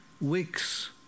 weeks